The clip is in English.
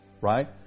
right